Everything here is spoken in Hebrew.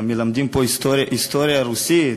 מלמדים פה היסטוריה רוסית,